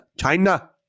china